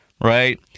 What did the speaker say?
right